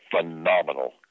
phenomenal